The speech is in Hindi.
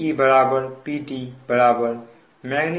Pe Pt Eg